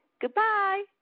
Goodbye